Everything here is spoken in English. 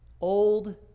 old